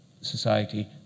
society